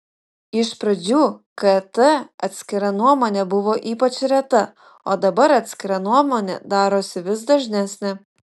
iš pradžių kt atskira nuomonė buvo ypač reta o dabar atskira nuomonė darosi vis dažnesnė